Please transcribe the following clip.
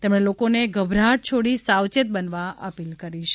તેમણે લોકો ને ગભરાટ છોડી સાવચેત બનવા અપીલ કરી છે